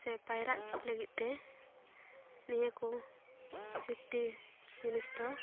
ᱥᱮ ᱯᱟᱭᱨᱟᱜ ᱪᱮᱫ ᱞᱟᱹᱜᱤᱫᱼᱛᱮ ᱱᱤᱭᱟᱹ ᱠᱚ ᱥᱮᱯᱷᱴᱤ ᱡᱤᱱᱤᱥ ᱫᱚ